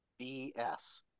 BS